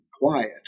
quiet